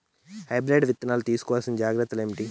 Hybrid విత్తనాలు తీసుకోవాల్సిన జాగ్రత్తలు ఏంటి?